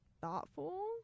thoughtful